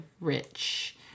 rich